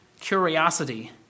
curiosity